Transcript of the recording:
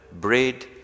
bread